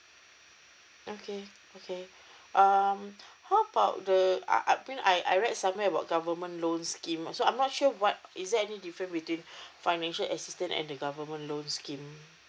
okay okay um how about the uh uh I I read somewhere about government loans scheme so I'm not sure what is there any difference between financial assistance and the government loan scheme